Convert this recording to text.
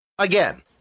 Again